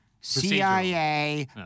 CIA